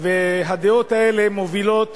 והדעות האלה מובילות